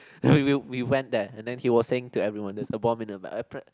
eh we went there and then he was saying to everyone there is a bomb in the bag